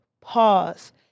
pause